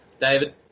David